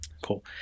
Cool